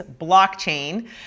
blockchain